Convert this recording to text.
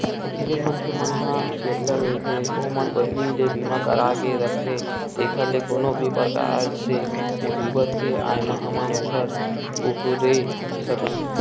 जेन मनखे मन ह चेतलग रहिथे ओमन पहिली ले बीमा करा के रखथे जेखर ले कोनो भी परकार के मुसीबत के आय म हमन ओखर उबरे सकन